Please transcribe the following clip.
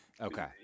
Okay